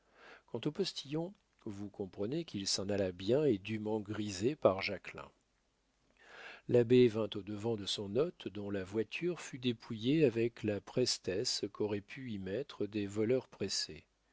quant au postillon vous comprenez qu'il s'en alla bien et dûment grisé par jacquelin l'abbé vint au-devant de son hôte dont la voiture fut dépouillée avec la prestesse qu'auraient pu y mettre des voleurs pressés